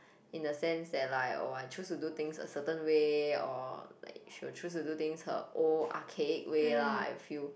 in a sense that like oh I choose to do things a certain way or like she will choose to do things her own archaic way lah I feel